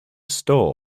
store